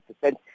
percent